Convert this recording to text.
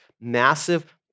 massive